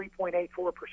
3.84%